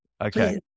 Okay